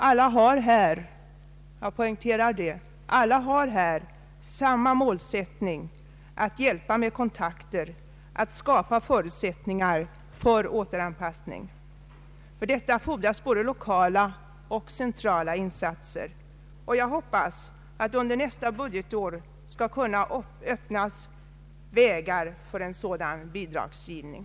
Alla har här — jag poängterar det — samma målsättning, nämligen att hjälpa med kontakter och att skapa förutsättningar för återanpassning. För detta fordras både lokala och centrala insatser, och jag hoppas att det under nästa budgetår skall kunna öppnas vägar för en sådan bidragsgivning.